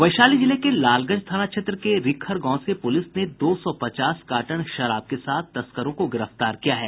वैशाली जिले के लालगंज थाना क्षेत्र के रिखर गांव से पुलिस ने दो सौ पचास कार्टन शराब के साथ तस्करों को गिरफ्तार किया है